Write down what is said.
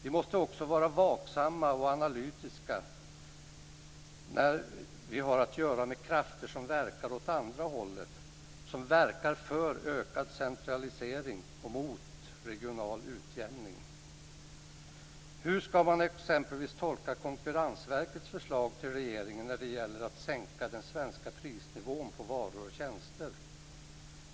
Vi måste också vara vaksamma och analytiska när vi har att göra med krafter som verkar åt andra hållet, som verkar för ökad centralisering om mot regional utjämning. Hur ska man exempelvis tolka Konkurrensverkets förslag till regeringen när det gäller att sänka den svenska prisnivån på varor och tjänster?